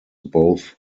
both